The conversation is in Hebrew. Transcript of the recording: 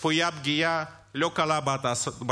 צפויה גם פגיעה לא קלה בתעסוקה.